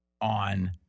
on